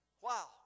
Wow